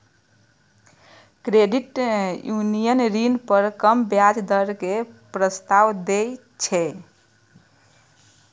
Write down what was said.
credit union ऋण पर कम ब्याज दर के प्रस्ताव दै छै